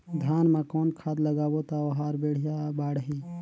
धान मा कौन खाद लगाबो ता ओहार बेडिया बाणही?